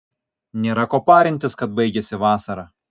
nėra ko parintis kad baigiasi vasara